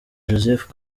joseph